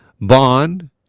Bond